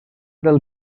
del